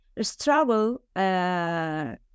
struggle